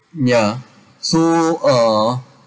yeah so uh